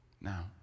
Now